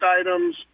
items